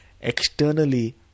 externally